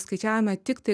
skaičiavome tiktai